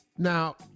Now